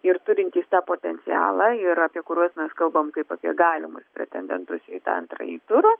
ir turintys tą potencialą ir apie kuriuos mes kalbame kaip apie galimus pretendentus į tą antrąjį turą